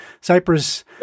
Cyprus